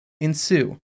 ensue